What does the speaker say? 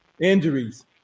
Injuries